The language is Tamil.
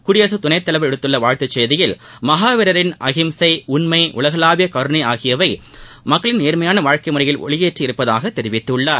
குடியரசுத் துணைத் தலைவர் விடுத்துள்ள வாழ்த்து செய்தியில் மகாவீரரின் அகிம்சை உண்மை உலகளாவிய கருணை ஆகியவை மக்கள் நேர்மையாள வாழ்க்கை முறையில் ஒளியேற்றி இருப்பதாக தெரிவித்துள்ளார்